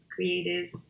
creatives